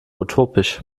utopisch